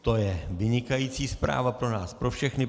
To je vynikající zpráva pro nás pro všechny.